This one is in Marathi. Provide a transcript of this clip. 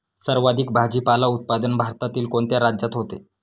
सर्वाधिक भाजीपाला उत्पादन भारतातील कोणत्या राज्यात होते?